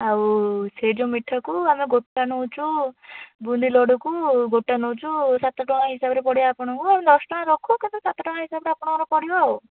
ଆଉ ସେ ଯେଉଁ ମିଠାକୁ ଆମେ ଗୋଟା ନେଉଛୁ ବୁନ୍ଦିଲଡ଼ୁକୁ ଗୋଟା ନେଉଛୁ ସାତ ଟଙ୍କା ହିସାବରେ ପଡ଼ିବ ଆପଣଙ୍କୁ ଆଉ ଦଶଟଙ୍କା ରଖୁ କିନ୍ତୁ ସାତ ଟଙ୍କା ହିସାବରେ ଆପଣଙ୍କର କରିବା